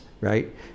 right